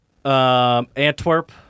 Antwerp